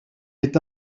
est